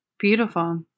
Beautiful